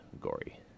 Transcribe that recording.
Gory